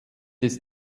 des